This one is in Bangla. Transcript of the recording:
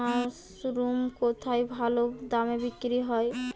মাসরুম কেথায় ভালোদামে বিক্রয় হয়?